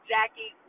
Jackie